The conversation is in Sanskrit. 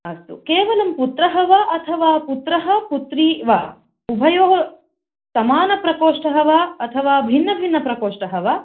अस्तु केवलं पुत्र वा अथवा पुत्र पुत्री वा उभयो समानप्रकोष्ठ वा अथवा भिन्न भिन्न प्रकोष्ठ वा